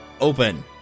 open